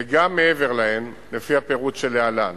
וגם מעבר להן, לפי הפירוט שלהלן: